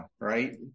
right